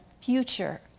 future